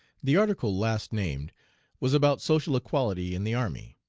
the article last named was about social equality in the army.